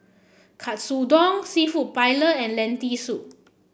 Katsudon seafood Paella and Lentil Soup